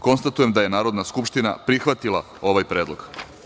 Konstatujem da je Narodna skupština prihvatila ovaj predlog.